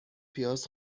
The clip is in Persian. پیاز